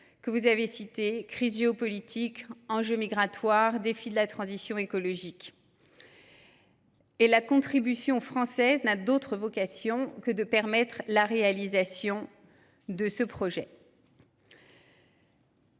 que sont les crises géopolitiques, les flux migratoires et les défis de la transition écologique. La contribution française n’a d’autre vocation que de permettre la réalisation de ce projet